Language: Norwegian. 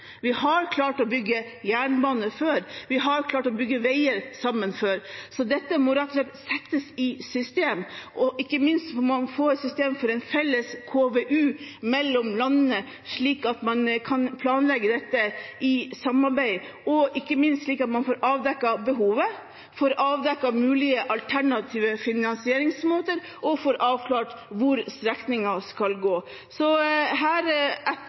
Vi har klart å bygge jernbane før. Vi har klart å bygge veier sammen før. Så dette må rett og slett settes i system. Ikke minst må vi få et system for en felles KVU landene imellom, slik at man kan planlegge dette i samarbeid for å få avdekket behovet, få avdekket mulige alternative finansieringsmåter og få avklart hvor strekningene skal gå. Her